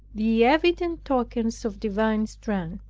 the evident tokens of divine strength.